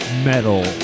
Metal